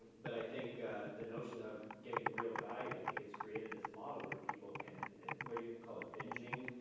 but i think the notion of getting real value, i think it's created this model where people can, and what do you call it, bingeing?